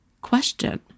question